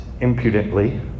impudently